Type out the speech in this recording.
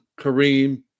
Kareem